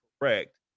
correct